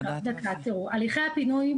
הליכי הפינוי,